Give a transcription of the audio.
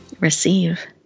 Receive